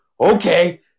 okay